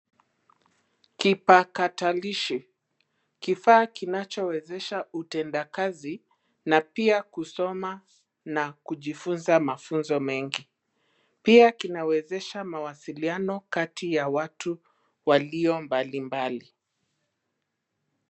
Kipakatalishi; kifaa kinachowezesha utendakazi na pia kusoma na kujifunza mafunzo mengi. Pia kinawezesha mawasiliano kati ya watu walio mbalimbali.